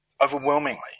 overwhelmingly